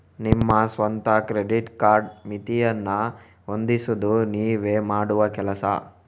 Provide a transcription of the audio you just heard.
ನಿಮ್ಮ ಸ್ವಂತ credit card ಮಿತಿಯನ್ನ ಹೊಂದಿಸುದು ನೀವೇ ಮಾಡುವ ಕೆಲಸ